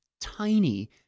tiny